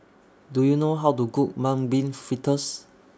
Do YOU know How to Cook Mung Bean Fritters